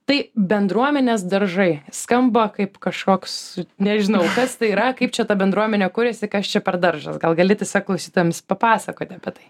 tai bendruomenės daržai skamba kaip kažkoks nežinau kas tai yra kaip čia ta bendruomenė kuriasi kas čia per daržas gal gali tiesiog klausytojams papasakoti apie tai